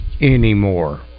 anymore